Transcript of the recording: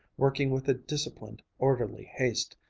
working with a disciplined, orderly haste,